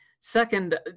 Second